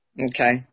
Okay